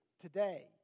today